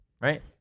Right